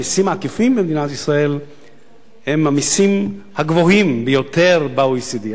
המסים העקיפים במדינת ישראל הם המסים הגבוהים ביותר ב-OECD,